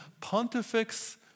Pontifex